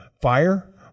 Fire